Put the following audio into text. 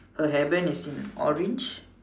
her hair band is in orange